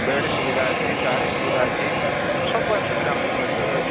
bed ସୁବିଧା ଅଛି card ସୁବିଧା ଅଛି ସବୁ ପ୍ରକାର ସୁବିଧା ଆମ ମେଡ଼ିକାଲରେ ଅଛି